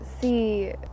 see